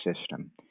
system